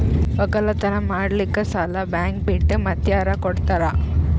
ಒಕ್ಕಲತನ ಮಾಡಲಿಕ್ಕಿ ಸಾಲಾ ಬ್ಯಾಂಕ ಬಿಟ್ಟ ಮಾತ್ಯಾರ ಕೊಡತಾರ?